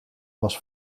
was